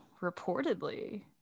reportedly